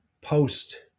post